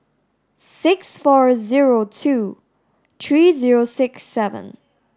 six four zero two three zero six seven